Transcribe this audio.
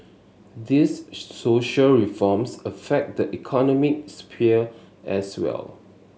these social reforms affect the economic sphere as well